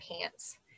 pants